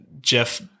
Jeff